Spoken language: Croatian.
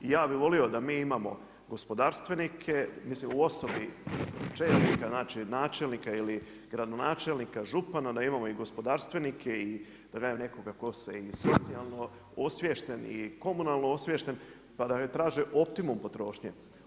I ja bih volio da mi imamo gospodarstvenike, mislim u osobi čelnika, znači načelnika ili gradonačelnika, župana, da imamo i gospodarstvenike i da kažem nekoga tko je i socijalno osviješten i komunalno osviješten pa da traže optimum potrošnje.